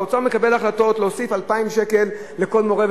האוצר מקבל החלטות להוסיף 2,000 שקל לכל מורה,